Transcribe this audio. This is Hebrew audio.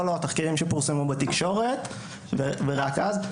תחקירים שפורסמו בתקשורת, ורק אז.